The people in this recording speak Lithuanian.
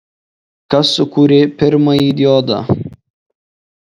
kas sukūrė pirmąjį diodą